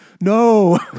No